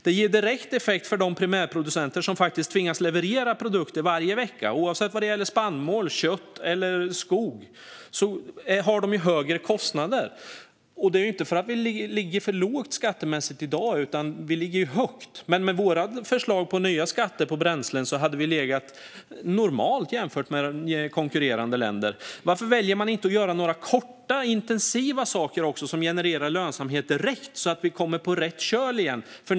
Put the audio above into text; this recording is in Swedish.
Det ger direkt effekt för de primärproducenter som faktiskt tvingas leverera produkter varje vecka. Oavsett om det gäller spannmål, kött eller skog har de högre kostnader. Och det beror inte på att vi ligger för lågt skattemässigt i dag, utan vi ligger högt. Med vårt förslag på nya skatter på bränslen hade vi i stället legat normalt jämfört med konkurrerande länder. Varför väljer man inte att göra några korta intensiva saker som genererar lönsamhet direkt så att vi kommer på rätt köl igen?